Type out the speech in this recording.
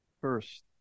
First